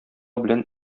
белән